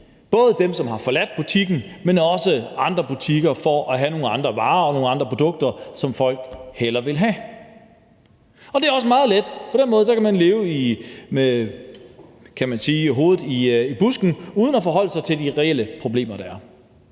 både dem, som har forladt butikken, men også andre butikker for at have nogle andre varer og nogle andre produkter, som folk hellere vil have. Det er også meget let. På den måde kan man leve med hovedet i busken uden at forholde sig til de reelle problemer, der er.